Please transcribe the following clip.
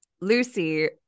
Lucy